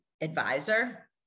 advisor